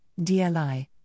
DLI